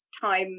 time